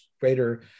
greater